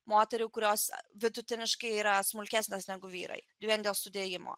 moterų kurios vidutiniškai yra smulkesnės negu vyrai vien dėl sudėjimo